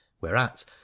whereat